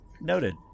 noted